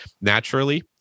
naturally